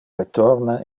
retorna